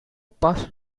past